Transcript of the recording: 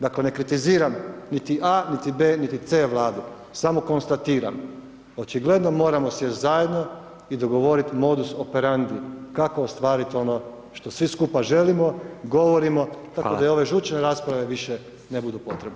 Dakle ne kritiziram niti A, niti B, niti C vladu, samo konstatiram očigledno moramo sjest zajedno i dogovorit modus operandi kako ostvarit ono što svi skupa želimo, govorimo [[Upadica: Hvala.]] tako da i ove žučne rasprave više ne budu potrebne.